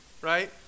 right